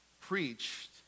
preached